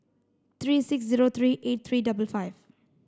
three six zero three eight three double five